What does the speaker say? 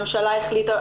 הממשלה החליטה,